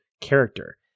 character